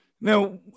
Now